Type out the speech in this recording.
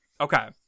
Okay